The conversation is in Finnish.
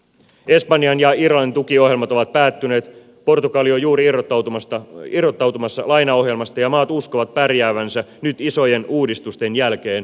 espanjan ja irlannin tukiohjelmat ovat päättyneet portugali on juuri irrottautumassa lainaohjelmasta ja maat uskovat pärjäävänsä nyt isojen uudistustensa jälkeen omillaan